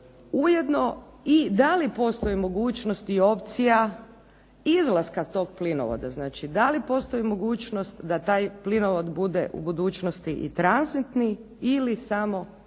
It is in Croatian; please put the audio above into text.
ujedno i da li postoji mogućnosti i opcija izlaska s tog plinovoda. Znači da li postoji mogućnost da taj plinovod bude u budućnosti i tranzitni ili samo kako